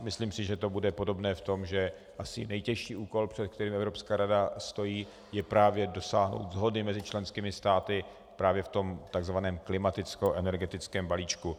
Myslím si, že to bude podobné v tom, že asi nejtěžší úkol, před kterým Evropská rada stojí, je právě dosáhnout shody mezi členskými státy právě v tom tzv. klimatickoenergetickém balíčku.